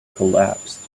collapsed